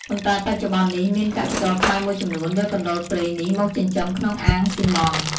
ប៉ុន្តែបច្ចុប្បន្ននេះ មានកសិករខ្មែរមួយចំនួន យកកណ្តុរព្រែងនេះមកចិញ្ចឹមក្នុងអាងសុីម៉ង់។